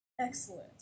Excellent